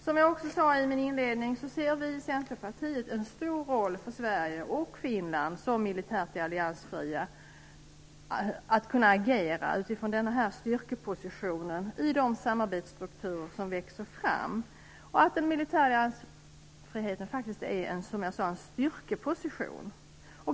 Som jag också sade i min inledning ser vi i Centerpartiet en stor roll för Sverige och Finland som militärt alliansfria att kunna agera utifrån den här styrkepositionen i de samarbetsstrukturer som växer fram. Den militära alliansfriheten är faktiskt, som jag sade, en styrkeposition.